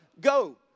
go